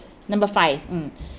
number five mm